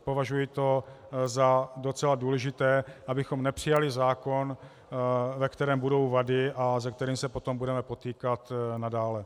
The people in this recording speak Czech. Považuji to za docela důležité, abychom nepřijali zákon, ve kterém budou vady a se kterým se potom budeme potýkat nadále.